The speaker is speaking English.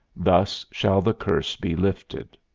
thus shall the curse be lifted.